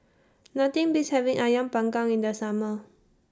Nothing Beats having Ayam Panggang in The Summer